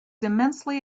immensely